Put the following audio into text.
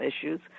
issues